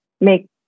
make